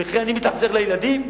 וכי אני מתאכזר לילדים?